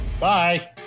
Bye